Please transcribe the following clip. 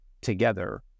together